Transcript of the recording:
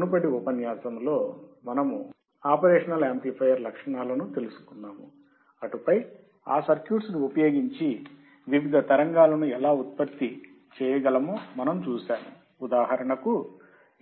మునుపటి ఉపన్యాసము లో మనము ఆపరేషనల్ యామ్ప్లిఫయర్ లక్షణాలను తెలుసుకున్నాము అటు పై ఆ సర్క్యూట్స్ ని ఉపయోగించి వివిధ తరంగాలను ఎలా ఉత్పతి చేయగలమో మనం చూశాము ఉదాహరణకు